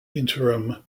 interim